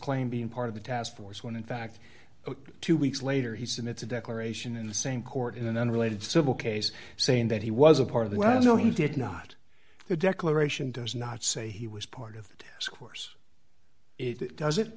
disclaim being part of the task force when in fact two weeks later he said it's a declaration in the same court in an unrelated civil case saying that he was a part of the well no he did not the declaration does not say he was part of this course it does it